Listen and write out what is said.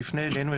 שיפנה אלינו,